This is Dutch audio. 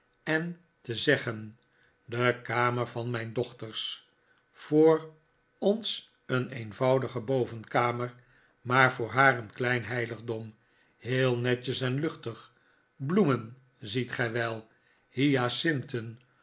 en te zeggen de kamer van mijn dochters voor ons een eenvoudige bovenkamer maar voor haar een klein heiligdom heel netjes en luchtig bloemen ziet gij wel